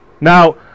Now